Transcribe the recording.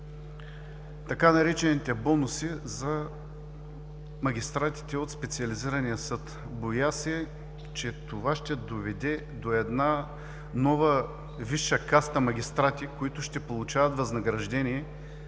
така наречените „бонуси“ за магистратите от Специализирания съд. Боя се, че това ще доведе до една нова висша каста магистрати, които ще получават възнаграждение